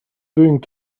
doing